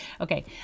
okay